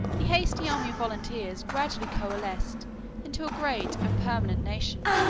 the hasty army of volunteers gradually coalesced into a great and permanent nation,